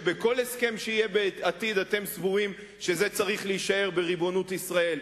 שאתם סבורים שבכל הסכם שיהיה בעתיד זה צריך להישאר בריבונות ישראל.